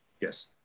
yes